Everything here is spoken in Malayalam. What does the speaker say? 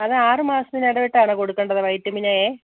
അതാറുമാസത്തിന് ഇടവിട്ടാണ് കൊടുക്കേണ്ടത് വൈറ്റമിൻ എ